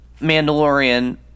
Mandalorian